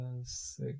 six